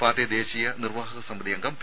party ദേശീയ നിർവ്വാഹക സമിതി അംഗം പി